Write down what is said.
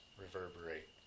reverberate